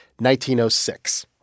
1906